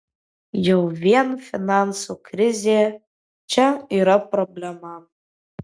jau vien finansų krizė čia yra problema